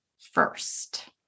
first